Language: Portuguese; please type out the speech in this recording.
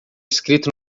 escrito